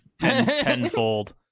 tenfold